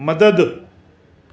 मदद